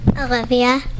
Olivia